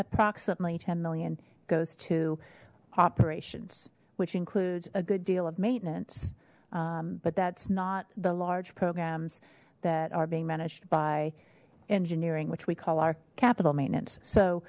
approximately ten million goes to operations which includes a good deal of maintenance but that's not the large programs that are being managed by engineering which we call our capital maintenance so